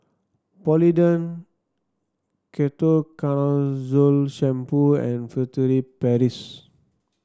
Polident Ketoconazole Shampoo and Furtere Paris